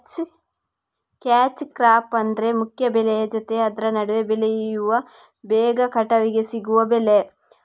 catch crop ಅಂದ್ರೆ ಮುಖ್ಯ ಬೆಳೆಯ ಜೊತೆ ಆದ್ರ ನಡುವೆ ಬೆಳೆಯುವ ಬೇಗ ಕಟಾವಿಗೆ ಸಿಗುವ ಬೆಳೆ